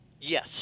Yes